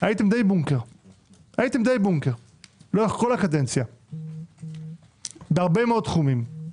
הייתם די בונקר לאורך כל הקדנציה בהרבה מאוד תחומים,